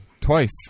Twice